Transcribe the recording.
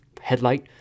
headlight